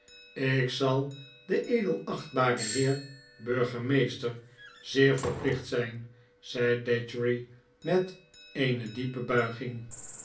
ik zai den edelachtbaren heer burgeraeester zeer verplicht zyn zei datchery met eene diepe buiging